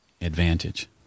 advantage